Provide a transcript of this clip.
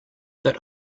that